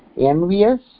Envious